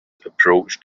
approached